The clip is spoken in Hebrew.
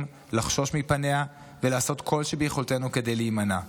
לחשוש מפניה ולעשות כל שביכולתנו כדי להימנע ממנה,